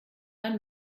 man